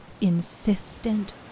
insistent